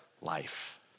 life